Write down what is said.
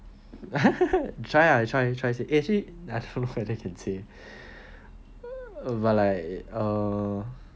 you try ah you try eh actually I don't know whether can say you know um